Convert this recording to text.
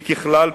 כי ככלל,